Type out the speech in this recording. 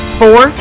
four